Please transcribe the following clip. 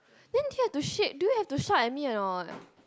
didn't tier to shape do you have to shout at me or not